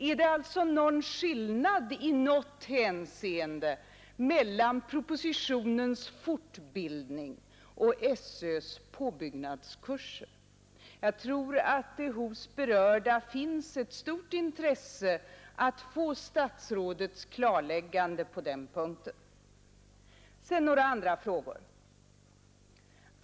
Är det i något hänseende någon skillnad mellan propositionens fortbildning och skolöverstyrelsens påbyggnadskurser? Jag tror att det hos berörda finns ett stort intresse att få statsrådets klarläggande på den punkten. Sedan några andra frågor.